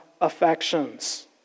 affections